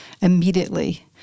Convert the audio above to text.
immediately